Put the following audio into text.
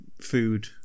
food